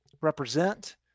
represent